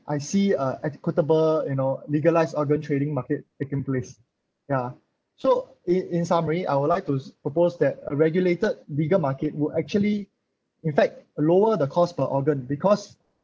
I see a equitable you know legalised organ trading market taking place ya so in in summary I would like to propose that a regulated legal market will actually in fact lower the cost per organ because